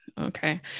Okay